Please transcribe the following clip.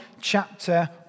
chapter